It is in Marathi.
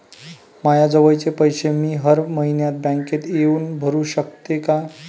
मायाजवळचे पैसे मी हर मइन्यात बँकेत येऊन भरू सकतो का?